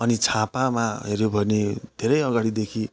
अनि छापामा हेऱ्यौँ भने धेरै अगाडिदेखि